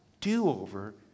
do-over